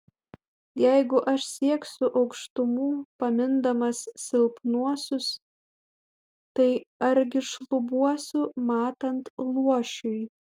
jeigu aš sieksiu aukštumų pamindamas silpnuosius tai argi šlubuosiu matant luošiui